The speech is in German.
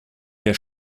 der